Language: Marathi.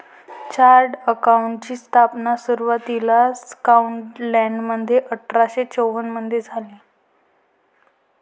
चार्टर्ड अकाउंटंटची स्थापना सुरुवातीला स्कॉटलंडमध्ये अठरा शे चौवन मधे झाली